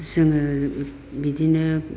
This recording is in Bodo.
जोङो बिदिनो